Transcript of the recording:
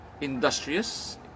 industrious